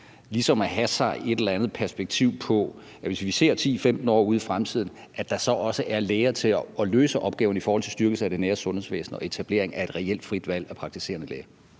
ligesom at have et eller andet perspektiv på, at der, hvis vi ser 10-15 år ud i fremtiden, så også er læger til at løse opgaven i forhold til en styrkelse af det nære sundhedsvæsen og en etablering af et reelt frit valg af praktiserende læge?